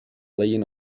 legend